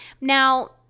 Now